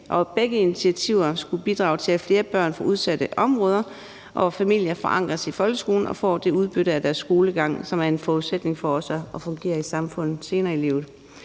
begge initiativer skulle bidrage til, at flere børn fra udsatte områder og familier forankres i folkeskolen og får det udbytte af deres skolegang, som er en forudsætning for også at fungere i samfundet senere i livet.